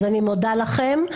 אז אני מודה לכם.